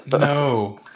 No